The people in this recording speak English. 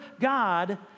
God